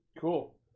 Cool